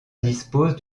dispose